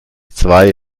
zwei